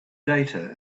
data